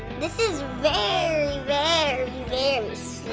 this is very, very, very